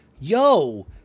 yo